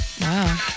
Wow